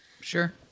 Sure